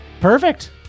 Perfect